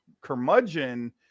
curmudgeon